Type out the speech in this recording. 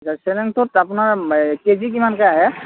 আপোনাৰ এই K G কিমানকৈ আহে